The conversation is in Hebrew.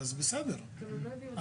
אז ברגע שהוא יותר מדי יגלה דברים מסוימים,